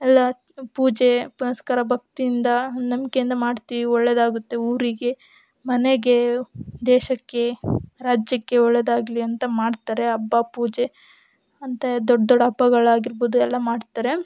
ಎಲ್ಲ ಪೂಜೆ ಪುನಸ್ಕಾರ ಭಕ್ತಿಯಿಂದ ನಂಬಿಕೆಯಿಂದ ಮಾಡ್ತೀವಿ ಒಳ್ಳೆಯದಾಗುತ್ತೆ ಊರಿಗೆ ಮನೆಗೆ ದೇಶಕ್ಕೆ ರಾಜ್ಯಕ್ಕೆ ಒಳ್ಳೇದಾಗಲಿ ಅಂತ ಮಾಡ್ತಾರೆ ಹಬ್ಬ ಪೂಜೆ ಅಂತ ದೊಡ್ಡ ದೊಡ್ಡ ಹಬ್ಬಗಳಾಗಿರ್ಬೋದು ಎಲ್ಲ ಮಾಡ್ತಾರೆ